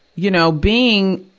you know, being,